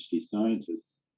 scientists